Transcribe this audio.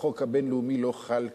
החוק הבין-לאומי לא חל כאן,